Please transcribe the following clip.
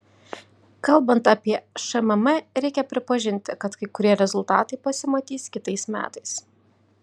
kalbant apie šmm reikia pripažinti kad kai kurie rezultatai pasimatys kitais metais